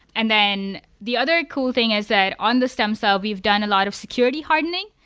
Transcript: and then the other cool thing is that on the stem cell we've done a lot of security hardening.